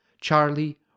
Charlie